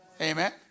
Amen